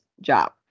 job